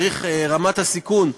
רמת הסיכון שאנחנו,